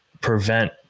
prevent